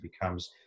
becomes